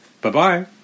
Bye-bye